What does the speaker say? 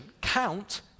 count